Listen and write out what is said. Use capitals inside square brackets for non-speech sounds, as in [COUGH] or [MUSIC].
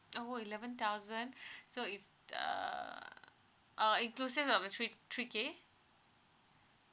oh eleven thousand [BREATH] so is uh uh inclusive of the three three K